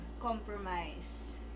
compromise